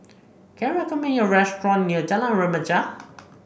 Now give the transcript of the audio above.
can you recommend me a restaurant near Jalan Remaja